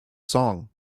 song